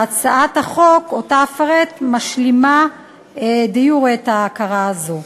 והצעת החוק שאפרט משלימה דה-יורה את ההכרה הזאת.